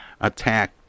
attack